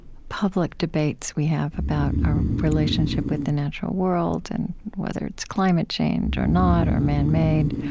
public debates we have about our relationship with the natural world, and whether it's climate change or not, or man-made,